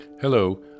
Hello